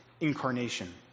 incarnation